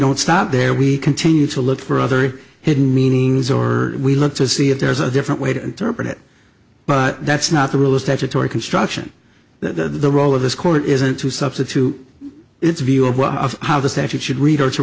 don't stop there we continue to look for other hidden meanings or we look to see if there's a different way to interpret it but that's not the real estate atory construction that the role of this court isn't to substitute its view of how the statute should read or to